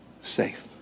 safe